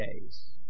days